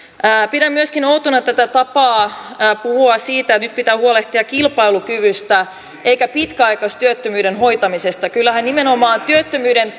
pidän myöskin outona tätä tapaa puhua siitä että nyt pitää huolehtia kilpailukyvystä eikä pitkäaikaistyöttömyyden hoitamisesta kyllähän nimenomaan työttömyyden